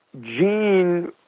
Gene